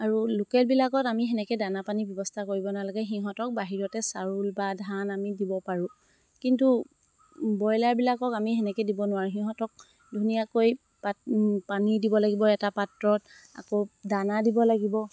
আৰু লোকেলবিলাকত আমি সেনেকে দানা পানী ব্যৱস্থা কৰিব নালাগে সিহঁতক বাহিৰতে চাউল বা ধান আমি দিব পাৰোঁ কিন্তু ব্ৰইলাৰবিলাকক আমি সেনেকে দিব নোৱাৰোঁ সিহঁতক ধুনীয়াকৈ পাত পানী দিব লাগিব এটা পাত্ৰত আকৌ দানা দিব লাগিব